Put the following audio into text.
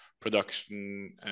production